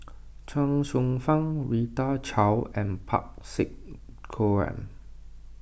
Chuang Hsueh Fang Rita Chao and Parsick Joaquim